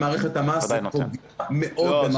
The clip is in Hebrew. מערכת המס ופוגע מאוד במערכת המס.